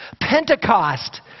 Pentecost